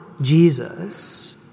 Jesus